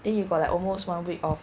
then you got like almost one week off